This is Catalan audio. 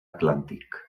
atlàntic